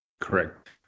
Correct